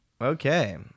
Okay